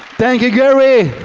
thank you, gary!